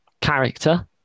character